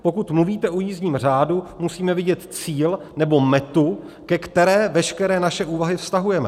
Pokud mluvíte o jízdním řádu, musíme vidět cíl nebo metu, ke které veškeré naše úvahu vztahujeme.